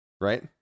Right